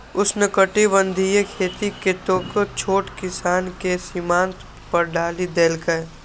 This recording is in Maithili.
उष्णकटिबंधीय खेती कतेको छोट किसान कें सीमांत पर डालि देलकै